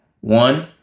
One